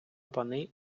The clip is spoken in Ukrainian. пани